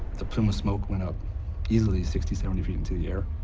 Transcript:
the plume of smoke went up easily sixty, seventy feet into the air.